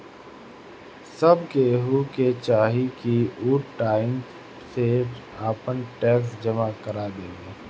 सब केहू के चाही की उ टाइम से आपन टेक्स जमा कर देवे